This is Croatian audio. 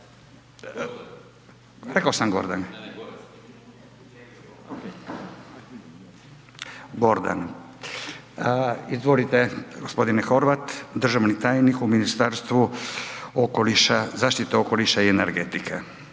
Rekao sam Gordan. Gordan. Izvolite g. Horvat, državni tajnik u Ministarstvu zaštite okoliša i energetike.